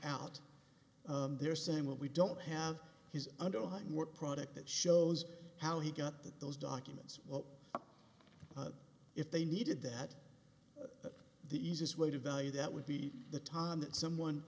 out there saying what we don't have his underlying work product that shows how he got that those documents if they needed that that the easiest way to value that would be the time that someone